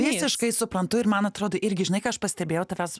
visiškai suprantu ir man atrodo irgi žinai ką aš pastebėjau tavęs